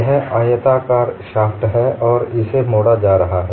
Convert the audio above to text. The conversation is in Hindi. यह आयताकार शाफ्ट है और इसे मोडा जा रहा है